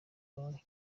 banki